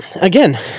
again